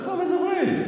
אנחנו מדברים.